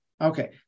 okay